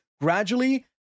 gradually